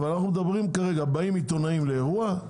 אנחנו מדברים כרגע באים עיתונאים לאירוע,